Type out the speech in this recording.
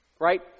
Right